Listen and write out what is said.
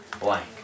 blank